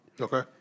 Okay